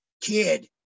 kid